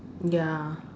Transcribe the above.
ya